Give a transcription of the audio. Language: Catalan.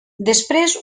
després